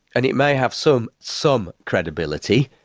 and it may have some, some credibility,